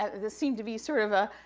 um, this seemed to be sort of a,